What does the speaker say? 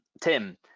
Tim